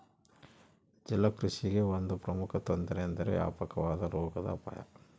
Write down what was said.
ಜಲಕೃಷಿಗೆ ಒಂದು ಪ್ರಮುಖ ತೊಂದರೆ ಎಂದರೆ ವ್ಯಾಪಕವಾದ ರೋಗದ ಅಪಾಯ